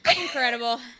Incredible